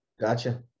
gotcha